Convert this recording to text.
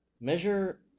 measure